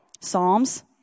Psalms